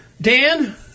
Dan